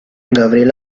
gabriel